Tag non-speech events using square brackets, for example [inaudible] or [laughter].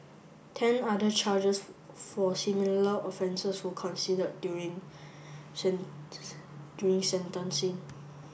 ten other charges for similar offences were considered during [unintelligible] during sentencing